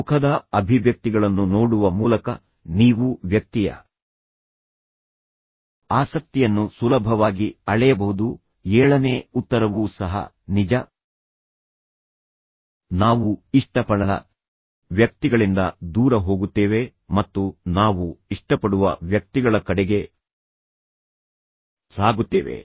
ಮುಖದ ಅಭಿವ್ಯಕ್ತಿಗಳನ್ನು ನೋಡುವ ಮೂಲಕ ನೀವು ವ್ಯಕ್ತಿಯ ಆಸಕ್ತಿಯನ್ನು ಸುಲಭವಾಗಿ ಅಳೆಯಬಹುದು ಏಳನೇ ಉತ್ತರವೂ ಸಹ ನಿಜ ನಾವು ಇಷ್ಟಪಡದ ವ್ಯಕ್ತಿಗಳಿಂದ ದೂರ ಹೋಗುತ್ತೇವೆ ಮತ್ತು ನಾವು ಇಷ್ಟಪಡುವ ವ್ಯಕ್ತಿಗಳ ಕಡೆಗೆ ಸಾಗುತ್ತೇವೆ